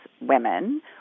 women